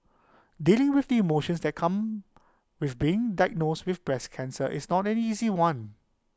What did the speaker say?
dealing with the emotions that come with being diagnosed with breast cancer is not an easy one